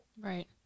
Right